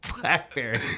blackberry